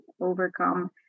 overcome